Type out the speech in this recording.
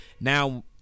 now-